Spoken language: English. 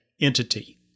entity